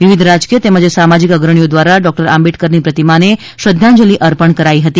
વિવિધ રાજકીય તેમજ સામાજિક અગ્રણીઓ દ્વારા ડૉકટર આંબેડકરની પ્રતિમાને શ્રદ્ધાંજલી અર્પણ કરાઈ હતી